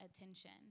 attention